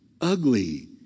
ugly